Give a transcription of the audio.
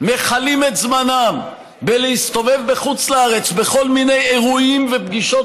מכלים את זמנם בלהסתובב בחו"ל בכל מיני אירועים ופגישות